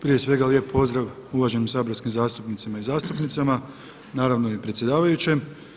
Prije svega lijep pozdrav uvaženim saborskim zastupnicima i zastupnicama, naravno i predsjedavajućem.